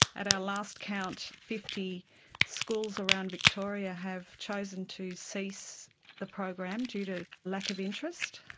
at our last count fifty schools around victoria have chosen to cease the program due to lack of interest.